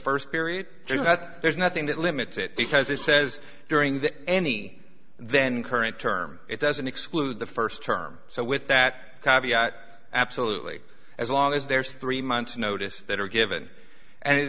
first period that there's nothing that limits it because it says during the any then current term it doesn't exclude the first term so with that caveat absolutely as long as there's three months notice that are given and